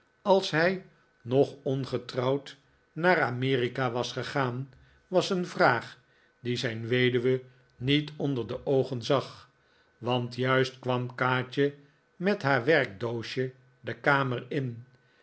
als hij nog ongetrouwd naar amerika was gegaan was een vraag die zijn weduwe niet onder de oogen zag want juist kwam kaatje met haar werkdoosje de kamer in